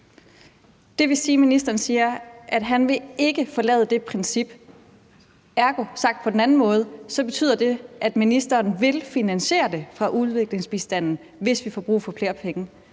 siger, at han ikke vil forlade det princip. Ergo, sagt på en anden måde, betyder det, at ministeren vil finansiere det fra udviklingsbistanden, hvis vi får brug for flere penge.